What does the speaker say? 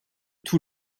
tout